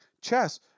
chess